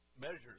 measures